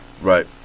Right